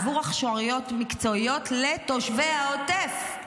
עבור הכשרות מקצועיות לתושבי העוטף,